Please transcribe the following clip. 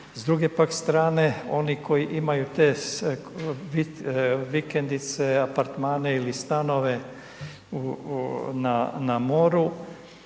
S druge pak strane oni koji imaju te vikendice, apartmane ili stanove u, na moru